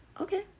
Okay